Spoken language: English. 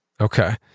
Okay